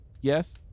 yes